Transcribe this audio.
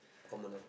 commoner